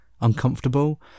uncomfortable